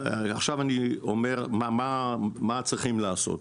עכשיו אני אומר מה צריכים לעשות.